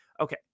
Okay